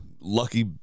lucky